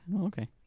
Okay